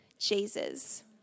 Jesus